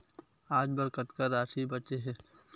आज बर कतका राशि बचे हे?